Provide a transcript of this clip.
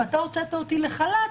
אם את הוצאת אותי לחל"ת,